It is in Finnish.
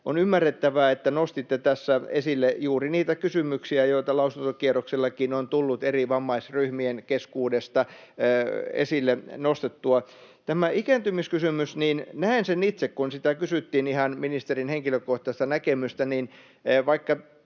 On ymmärrettävää, että nostitte tässä esille juuri niitä kysymyksiä, joita lausuntokierroksellakin on tullut eri vammaisryhmien keskuudesta esille nostettua. Tämän ikääntymiskysymyksen näen itse — kun kysyttiin ihan ministerin henkilökohtaista näkemystä — niin, että vaikka